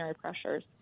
pressures